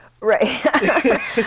right